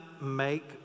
make